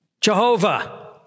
Jehovah